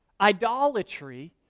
Idolatry